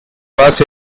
was